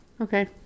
Okay